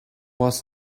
was